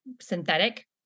synthetic